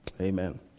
Amen